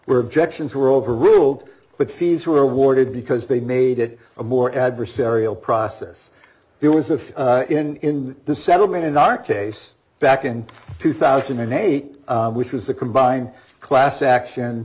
where objections were overruled but fees were awarded because they made it a more adversarial process there was a fee in the settlement in our case back in two thousand and eight which was the combined class action